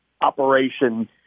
operation